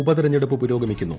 ഉപതിരഞ്ഞെടുപ്പ് പുരോഗമിക്കുന്നു